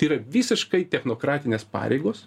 tai yra visiškai technokratinės pareigos